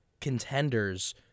contenders